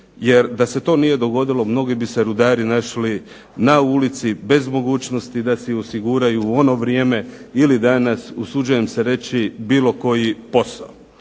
jer da se to nije dogodilo mnogi bi se rudari našli na ulici, bez mogućnosti da si osiguraju u ono vrijeme ili danas usuđujem se reći bilo koji posao.